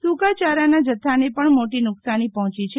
સુકાયારાના જથ્થાને પણ મોટી નુકસાની પહોંચી છે